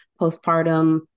postpartum